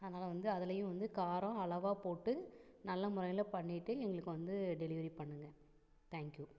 அதனால் வந்து அதுலேயும் வந்து காரம் அளவாக போட்டு நல்ல முறையில் பண்ணிட்டு எங்களுக்கு வந்து டெலிவரி பண்ணுங்க தேங்க் யூ